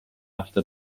after